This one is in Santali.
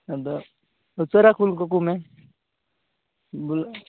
ᱟᱫᱚ ᱩᱥᱟᱹᱨᱟ ᱠᱩᱞ ᱠᱟᱠᱚᱢᱮ ᱵᱚᱞᱮ